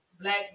Black